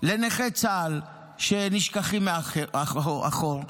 לנכי צה"ל שנשכחים מאחור,